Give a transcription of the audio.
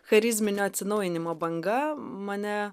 charizminio atsinaujinimo banga mane